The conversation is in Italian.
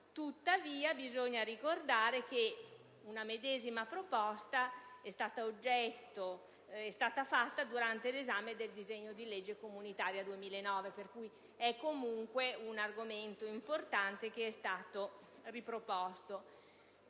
Tuttavia, bisogna ricordare che una medesima proposta è stata fatta durante l'esame del disegno di legge comunitaria del 2009, per cui è comunque un argomento importante che è stato riproposto.